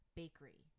bakery